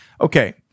Okay